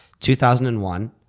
2001